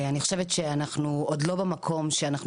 אני חושבת שאנחנו עוד לא במקום שאנחנו